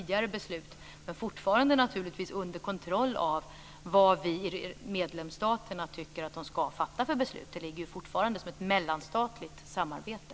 Men det ska naturligtvis fortfarande ske under kontroll av vilka beslut vi i medlemsstaterna tycker att de ska fatta. Det ligger ju fortfarande som ett mellanstatligt samarbete.